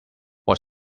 was